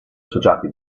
associati